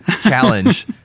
challenge